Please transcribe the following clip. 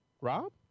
Rob